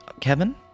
Kevin